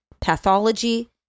pathology